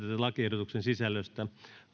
lakiehdotuksen sisällöstä